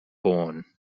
born